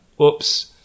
oops